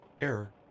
Error